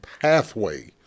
pathway